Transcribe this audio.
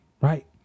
right